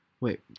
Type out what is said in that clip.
Wait